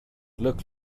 look